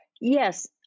Yes